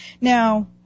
Now